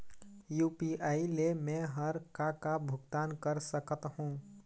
UPI ले मे हर का का भुगतान कर सकत हो?